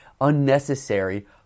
unnecessary